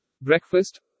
breakfast